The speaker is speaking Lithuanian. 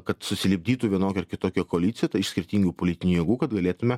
kad susilipdytų vienokia ar kitokia koalicija tai iš skirtingų politinių jėgų kad galėtume